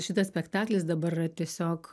šitas spektaklis dabar yra tiesiog